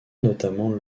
notamment